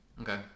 okay